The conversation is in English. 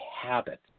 habit